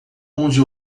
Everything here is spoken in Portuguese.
onde